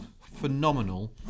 phenomenal